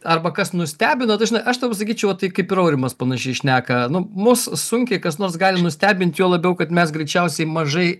arba kas nustebino tai žinai aš tau pasakyčiau tai kaip ir aurimas panašiai šneka nu mus sunkiai kas nors gali nustebint juo labiau kad mes greičiausiai mažai